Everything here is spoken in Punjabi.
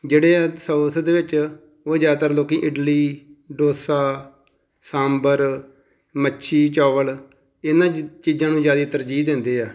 ਜਿਹੜੇ ਆ ਸੋਥ ਦੇ ਵਿੱਚ ਉਹ ਜ਼ਿਆਦਾਤਰ ਲੋਕ ਇਡਲੀ ਡੋਸਾ ਸਾਂਬਰ ਮੱਛੀ ਚੌਲ ਇਹਨਾਂ ਚੀ ਚੀਜ਼ਾਂ ਨੂੰ ਜ਼ਿਆਦਾ ਤਰਜੀਹ ਦਿੰਦੇ ਆ